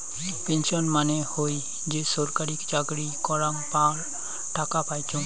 pension মানে হই যে ছরকারি চাকরি করাঙ পর টাকা পাইচুঙ